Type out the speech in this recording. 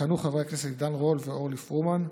עידן רול ואורלי פרומן,